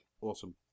Awesome